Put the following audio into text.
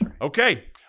Okay